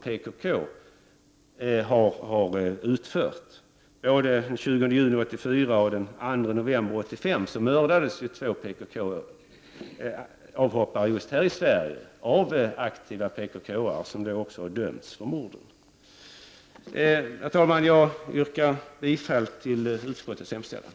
Det var den 20 juni 1984 och den 2 november 1985 som två PKK-avhoppare mördades här i Sverige av aktiva PKK-are. Dessa dömdes senare för morden. Med detta, herr talman, yrkar jag bifall till utskottets hemställan.